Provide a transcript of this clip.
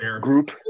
group